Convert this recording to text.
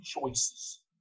choices